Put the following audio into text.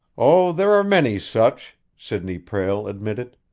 oh, there are many such, sidney prale admitted.